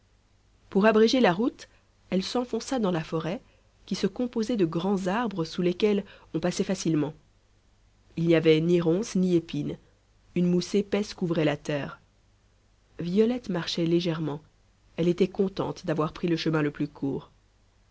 pour abréger la route elle s'enfonça dans la forêt qui se composait de grands arbres sous lesquels on passait facilement il n'y avait ni ronces ni épines une mousse épaisse couvrait la terre violette marchait légèrement elle était contente d'avoir pris le chemin le plus court